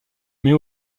mais